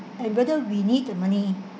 and whether we need the money